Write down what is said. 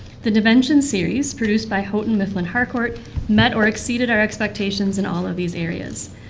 the da vinci and series, produced by houghton mifflin harcourt met or exceeded our expectations in all of these areas.